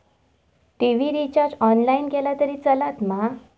TV recharge online केला तरी चलात मा?